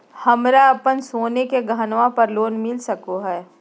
हमरा अप्पन सोने के गहनबा पर लोन मिल सको हइ?